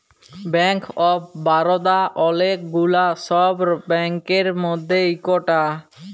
bank of Baroda ওলেক গুলা সব ব্যাংকের মধ্যে ইকটা